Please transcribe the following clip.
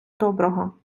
доброго